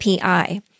API